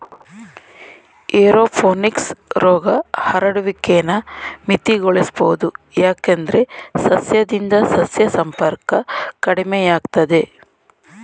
aeroponics ರೋಗ ಹರಡುವಿಕೆನ ಮಿತಿಗೊಳಿಸ್ಬೋದು ಯಾಕಂದ್ರೆ ಸಸ್ಯದಿಂದ ಸಸ್ಯ ಸಂಪರ್ಕ ಕಡಿಮೆಯಾಗ್ತದೆ